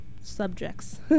subjects